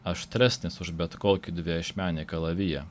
aštresnis už bet kokį dviašmenį kalaviją